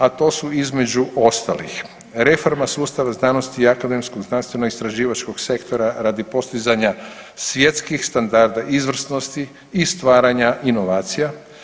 A to su između ostalih reforma sustava znanosti i akademsko znanstveno istraživačkog sektora radi postizanja svjetskih standarda izvrsnosti i stvaranja inovacija.